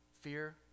fear